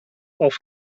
auf